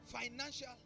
financial